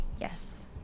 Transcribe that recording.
yes